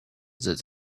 that